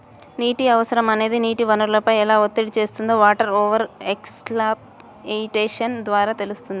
నీటి అవసరం అనేది నీటి వనరులపై ఎలా ఒత్తిడి తెస్తుందో వాటర్ ఓవర్ ఎక్స్ప్లాయిటేషన్ ద్వారా తెలుస్తుంది